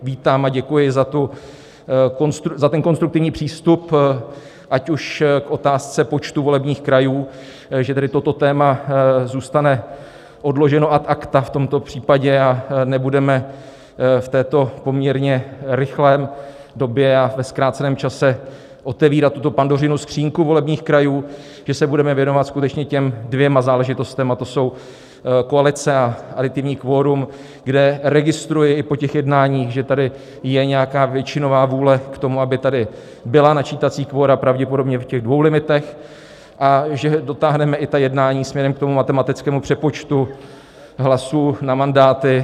Vítám a děkuji za konstruktivní přístup, ať už k otázce počtu volebních krajů, že tedy toto téma zůstane odloženo ad acta v tomto případě a nebudeme v této poměrně rychlé době a ve zkráceném čase otevírat tuto Pandořinu skřínku volebních krajů, že se budeme věnovat skutečně těm dvěma záležitostem, a to jsou koalice a aditivní kvorum, kde registruji i po těch jednáních, že tady je nějaká většinová vůle k tomu, aby tady byla načítací kvora pravděpodobně v těch dvou limitech a že dotáhneme i jednání směrem k matematickému přepočtu hlasů na mandáty.